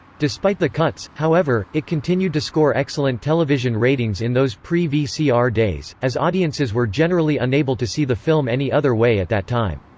despite the cuts, however, it continued to score excellent television ratings in those pre-vcr ah days, as audiences were generally unable to see the film any other way at that time.